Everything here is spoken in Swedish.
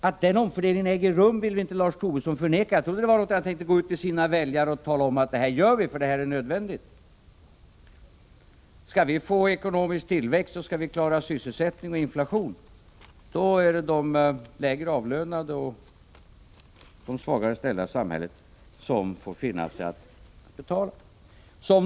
Att den omfördelningen äger rum vill väl inte Lars Tobisson förneka! Jag trodde att det var någonting som han tänkte gå ut till sina väljare och säga: Det här gör vi därför att det är nödvändigt. Skall vi få ekonomisk tillväxt måste vi klara sysselsättning och inflation. Då får de lägre avlönade och de svagare i samhället finna sig i att betala.